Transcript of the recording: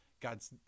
God's